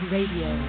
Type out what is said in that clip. Radio